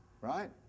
right